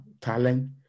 talent